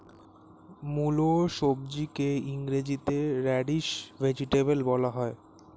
মুলো সবজিকে ইংরেজিতে র্যাডিশ ভেজিটেবল বলা হয়